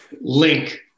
link